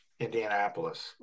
Indianapolis